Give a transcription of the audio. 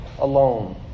alone